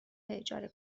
اجاره